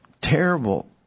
terrible